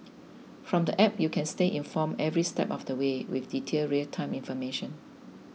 from the app you can stay informed every step of the way with detailed real time information